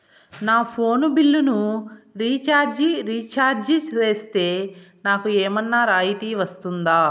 నా ఫోను బిల్లును recharge recharge సేస్తే, నాకు ఏమన్నా రాయితీ వస్తుందా?